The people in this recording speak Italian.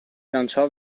lanciò